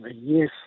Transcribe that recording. yes